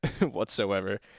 whatsoever